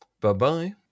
Bye-bye